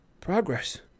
Progress